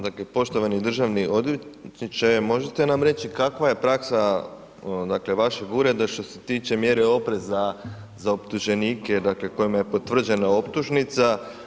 Dakle poštovani državni odvjetniče, možete nam reći kakva je praksa dakle vašeg ureda što se tiče mjere opreza za optuženike dakle kojima je potvrđena optužnica?